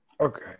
Okay